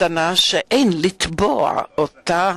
מתנה שאין לתבוע אותה,